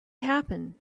happen